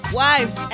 wives